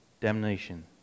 damnation